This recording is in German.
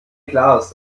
klaas